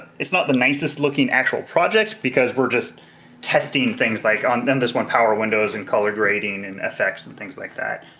it's not the nicest looking actual project because we're just testing things like on this one power windows and color grading and effects and things like that.